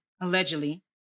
allegedly